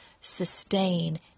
sustain